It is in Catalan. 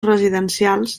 residencials